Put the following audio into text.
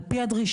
על פי הדרישות,